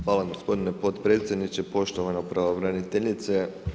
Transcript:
Hvala gospodine potpredsjedniče, poštovana pravobraniteljice.